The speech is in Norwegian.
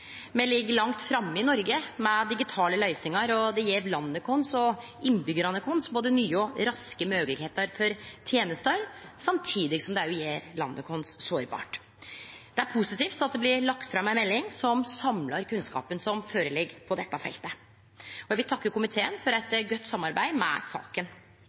Me ligg langt framme i Noreg med digitale løysingar, og det gjev landet vårt og innbyggjarane våre nye og raske moglegheiter for tenester, samtidig som det òg gjer landet vårt meir sårbart. Det er positivt at det blir lagt fram ei melding som samlar kunnskapen som ligg føre på dette feltet. Og eg vil takke komiteen for eit godt samarbeid med saka.